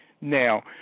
now